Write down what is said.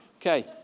Okay